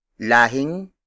Lahing